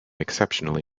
exceptionally